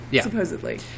Supposedly